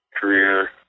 career